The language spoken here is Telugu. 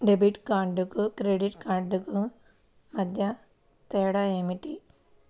డెబిట్ కార్డుకు క్రెడిట్ క్రెడిట్ కార్డుకు మధ్య తేడా ఏమిటీ?